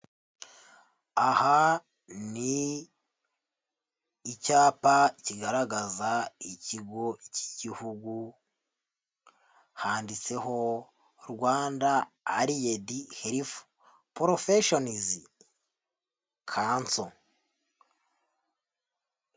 Aha, ni icyapa kigaragaza ikigo cy'igihugu, handitseho Rwanda Ariyedi Herifu Porofeshonizi Kanso.